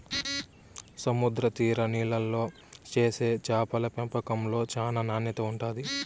సముద్ర తీర నీళ్ళల్లో చేసే చేపల పెంపకంలో చానా నాణ్యత ఉంటాది